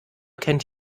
kennt